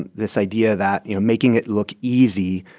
and this idea that, you know, making it look easy,